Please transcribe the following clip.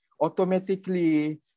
automatically